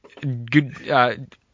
Good